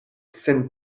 sen